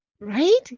right